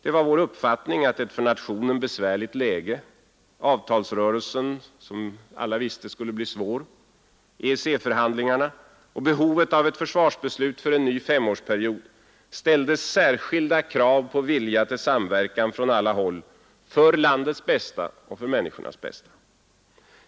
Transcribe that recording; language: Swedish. Det var vår uppfattning att ett för nationen besvärligt läge, avtalsrörelsen som alla visste skulle bli svår, EEC-förhandlingarna och behovet av ett försvarsbeslut för en ny femårsperiod, ställde särskilda krav på vilja till samverkan från alla håll för landets och människornas bästa.